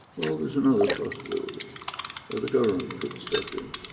well, there's another possibility that the government could step in.